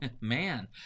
man